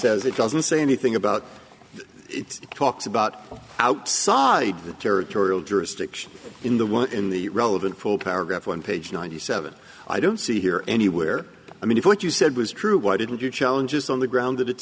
says it doesn't say anything about it talks about outside the territorial jurisdiction in the in the relevant full paragraph on page ninety seven i don't see here anywhere i mean if what you said was true why didn't you challenge is on the ground that it's